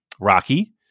Rocky